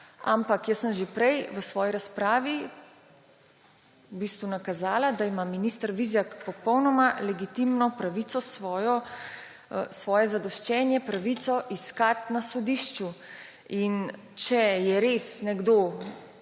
ampak jaz sem že prej v svoji razpravi v bistvu nakazala, da ima minister Vizjak popolnoma legitimno pravico svoje zadoščenje, pravico iskati na sodišču. Če je res nekdo